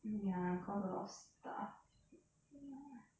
ya cause a lot of stuff mm ya